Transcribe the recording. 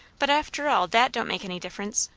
but after all, that don't make any difference.